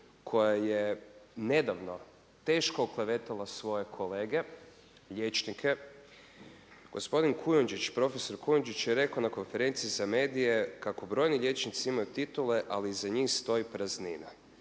koja je nedavno teško oklevetala svoje kolege liječnike. Gospodin prof. Kujundžić je rekao na konferenciji za medije kako brojni liječnici imaju titule ali iza njih stoji praznina.